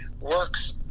works